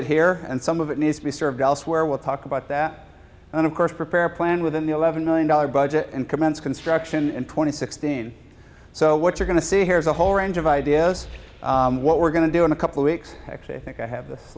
it here and some of it needs to be served elsewhere we'll talk about that and of course prepare a plan with an eleven million dollar budget and commence construction and twenty sixteen so what you're going to see here is a whole range of ideas what we're going to do in a couple weeks actually i think i have this